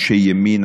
אנשי ימין,